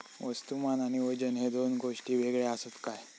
वस्तुमान आणि वजन हे दोन गोष्टी वेगळे आसत काय?